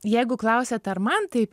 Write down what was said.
jeigu klausiat ar man taip